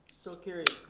so carried.